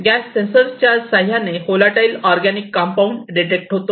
gas sensor च्या साह्याने volatile organic compound detect होतो